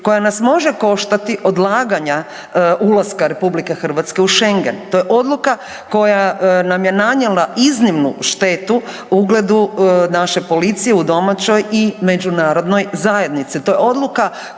koja nas može koštati odlaganja ulaska RH u Schengen, to je odluka koja nam je nanijela iznimnu štetu, ugledu naše policije u domaćoj i međunarodnoj zajednici,